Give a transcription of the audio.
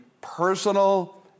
personal